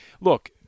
Look